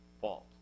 fault